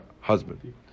husband